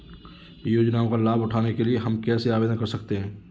योजनाओं का लाभ उठाने के लिए हम कैसे आवेदन कर सकते हैं?